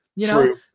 True